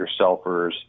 yourselfers